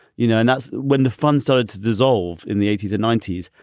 you know, and that's when the fund started to dissolve in the eighty s and ninety s.